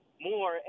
more